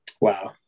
Wow